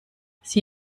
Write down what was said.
sie